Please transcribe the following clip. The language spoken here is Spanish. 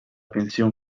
pensión